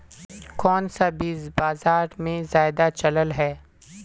कोन सा बीज बाजार में ज्यादा चलल है?